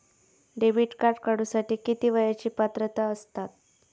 Debit card काढूसाठी किती वयाची पात्रता असतात?